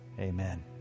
amen